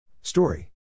Story